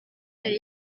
yari